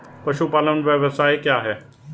पशुपालन व्यवसाय क्या है?